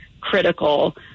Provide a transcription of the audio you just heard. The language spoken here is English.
critical